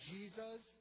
Jesus